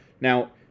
Now